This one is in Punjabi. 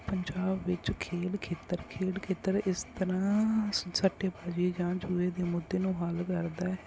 ਪੰਜਾਬ ਵਿੱਚ ਖੇਡ ਖੇਤਰ ਖੇਡ ਖੇਤਰ ਇਸ ਤਰ੍ਹਾਂ ਸ ਸੱਟੇਬਾਜੀ ਜਾ ਜੂਏ ਦੇ ਮੁੱਦੇ ਨੂੰ ਹੱਲ ਕਰਦਾ ਹੈ